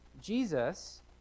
Jesus